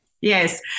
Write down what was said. Yes